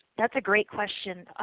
that's a great question.